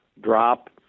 drop